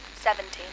seventeen